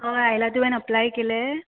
हय आयला तुवें अप्लाय केले